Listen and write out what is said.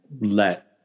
let